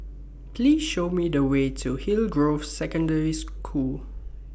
Please Show Me The Way to Hillgrove Secondary School